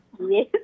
Yes